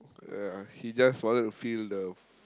ya he just wanted to feel the f~